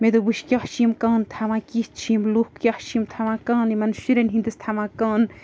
مےٚ دوٚپ وٕچھ کیٛاہ چھِ یِم کَن تھاوان کِتھ چھِ یِم لُکھ کیٛاہ چھِ یِم تھاوان کَن یِمَن شُرٮ۪ن ہِنٛدِس تھاوان کَن